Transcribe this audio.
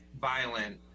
violent